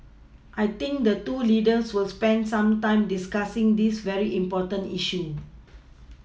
I think the two leaders will spend some time discussing this very important issue